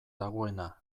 dagoena